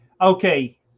okay